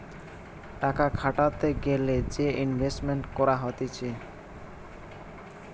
টাকা খাটাতে গ্যালে যে ইনভেস্টমেন্ট করা হতিছে